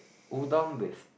udon with